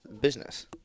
Business